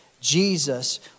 Jesus